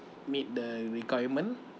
meet the requirement